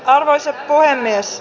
arvoisa puhemies